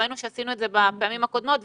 ראינו שעשינו את זה בפעמים הקודמות.